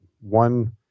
one